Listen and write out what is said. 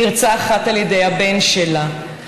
נרצחת על ידי הבן שלה.